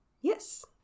yes